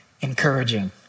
encouraging